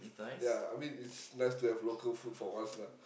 ya I mean it's nice to have local food for once lah